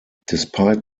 despite